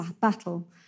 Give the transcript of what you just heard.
battle